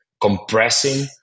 compressing